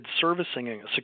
servicing